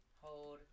Hold